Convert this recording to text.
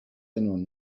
anyone